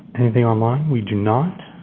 anything online. we do not.